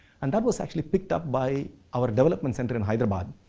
and that was actually picked up by our development center in hyderabad.